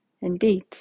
Indeed